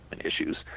issues